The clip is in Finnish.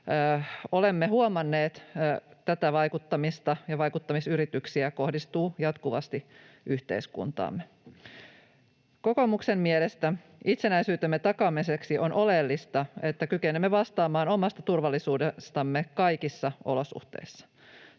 olemme huomanneet, tätä vaikuttamista ja vaikuttamisyrityksiä kohdistuu jatkuvasti yhteiskuntaamme. Kokoomuksen mielestä itsenäisyytemme takaamiseksi on oleellista, että kykenemme vastaamaan omasta turvallisuudestamme kaikissa olosuhteissa.